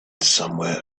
somewhere